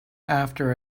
after